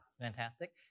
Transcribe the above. Fantastic